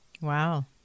Wow